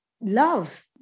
love